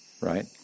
right